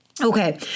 Okay